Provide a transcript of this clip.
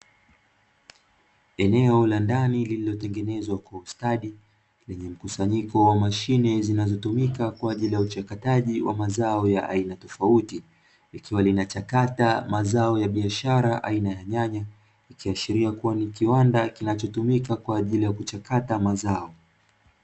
Eneo la ndani, lililotengenezwa kwa ustadi. Lenye mkusanyiko wa mashine zinazotumika kwa ajili ya uchakataji wa mazao ya aina tofauti. Ikiwa linachakata mazao ya biashara aina ya nyanya, ikiashria kuwa ni kiwanda kinachotumika kwa ajili ya kuchakata mazao.